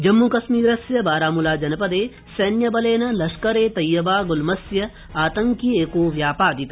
जम्मुकश्मीरस्य बारामुलाजनपदे सैन्य बलेन लश्कर ए तैयबा गुल्मस्य आतड़क्येको व्यापादित